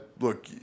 look